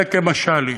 וכמשל היא.